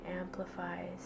amplifies